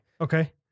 Okay